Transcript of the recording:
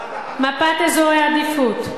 מפת אזורי עדיפות.